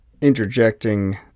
interjecting